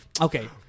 okay